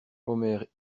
omer